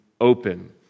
open